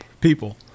people